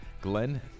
Glenn